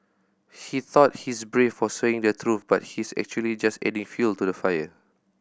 he thought he's brave for saying the truth but he's actually just adding fuel to the fire